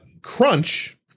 Crunch